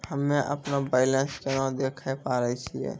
हम्मे अपनो बैलेंस केना देखे पारे छियै?